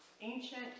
ancient